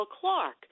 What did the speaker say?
Clark